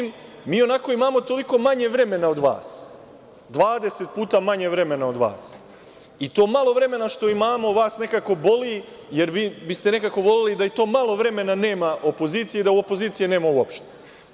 Mi ionako imamo manje vremena od vas, 20 puta manje vremena od vas, i to malo vremena što imamo vas nekako boli, jer vi biste nekako voleli da to malo vremena nema opozicija i da opozicija nema uopšte.